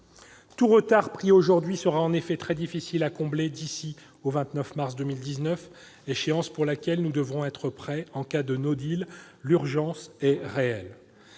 Tout retard pris aujourd'hui sera en effet très difficile à combler d'ici au 29 mars 2019, date à laquelle nous devons être prêts en cas de. L'urgence est réelle.